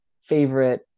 Favorite